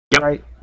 right